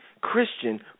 Christian